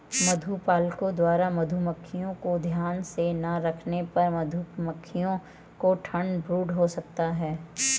मधुपालकों द्वारा मधुमक्खियों को ध्यान से ना रखने पर मधुमक्खियों को ठंड ब्रूड हो सकता है